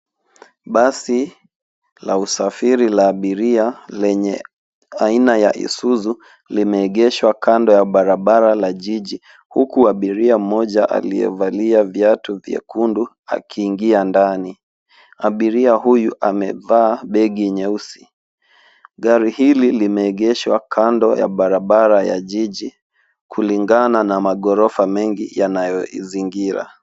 Basi la usafiri la abiria lenye aina ya Isuzu limeegeshwa kando ya barabara ya jiji. Huku abiria mmoja aliyevalia viatu vyekundu anaingia ndani. Abiria huyu amevaa begi nyeusi. Gari hili limeegeshwa kando ya barabara ya jiji kulingana na magorofa mengi yanayoizingira.